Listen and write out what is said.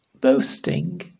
boasting